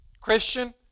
Christian